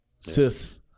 Sis